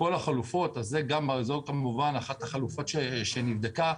זו כמובן אחת החלופות שנבדקו.